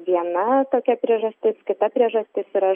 viena tokia priežastis kita priežastis yra